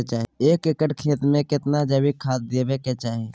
एक एकर खेत मे केतना जैविक खाद देबै के चाही?